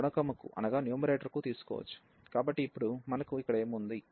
కాబట్టి ఇప్పుడు మనకు ఇక్కడ ఏమి ఉంది